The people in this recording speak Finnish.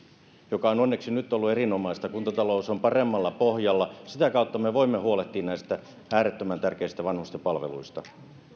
joka on onneksi nyt ollut erinomaista kuntatalous on paremmalla pohjalla sitä kautta me voimme huolehtia näistä äärettömän tärkeistä vanhusten palveluista